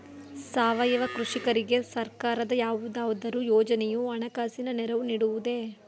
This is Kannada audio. ಸಾವಯವ ಕೃಷಿಕರಿಗೆ ಸರ್ಕಾರದ ಯಾವುದಾದರು ಯೋಜನೆಯು ಹಣಕಾಸಿನ ನೆರವು ನೀಡುವುದೇ?